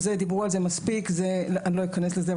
דיברו על זה מספיק ולא אכנס לזה.